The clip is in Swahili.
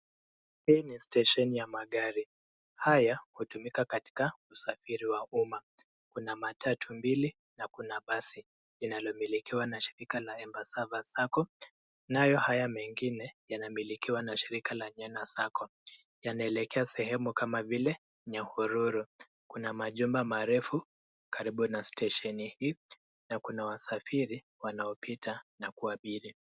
Hii ni stesheni ya magari. Haya hutumika katika usafiri wa umma. Kuna matatu mbili na kuna basi linaomilikiwa na shirika la Embassava Sacco. Nayo haya mengine yanamilikiwa na shirika la Hyena Sacco yanaelekea sehemu kama vile Nyahururu. Kuna majumba marefu karibu na stesheni hii na kuna wasafiri wanaopita na kuabiri.